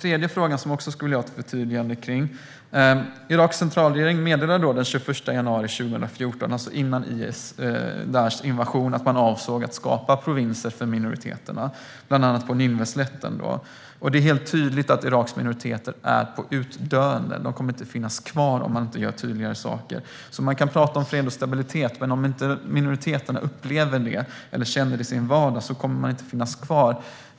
tredje förtydligandet gäller att Iraks centralregering meddelade den 21 januari 2014, alltså före IS/Daishs invasion, att man avsåg att skapa provinser för minoriteterna, bland annat på Nineveslätten. Det är helt tydligt att Iraks minoriteter är på utdöende. De kommer inte att finnas kvar om inte tydligare åtgärder vidtas. Det går att prata om fred och stabilitet, men om inte minoriteterna känner att så sker i deras vardag kommer de inte att finnas kvar.